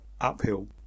uphill